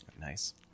Nice